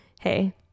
hey